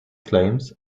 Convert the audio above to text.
claims